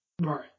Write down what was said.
Right